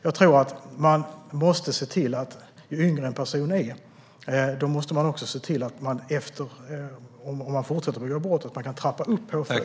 Jag tror att man måste se till att ju yngre en person är, desto mer kan man trappa upp påföljden om personen fortsätter att begå brott.